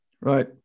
Right